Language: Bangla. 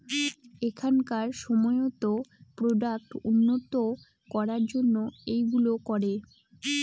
এখনকার সময়তো প্রোডাক্ট উন্নত করার জন্য এইগুলো করে